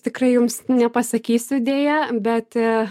tikrai jums nepasakysiu deja bet